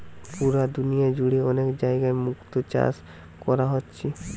পুরা দুনিয়া জুড়ে অনেক জাগায় মুক্তো চাষ কোরা হচ্ছে